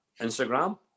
Instagram